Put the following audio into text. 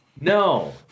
no